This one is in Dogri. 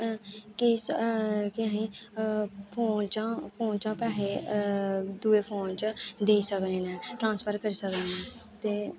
किस कि अहें फोन चा फोन चा पैहे दूए फोन च देई सकने न ट्रांसफर करी सकने न ते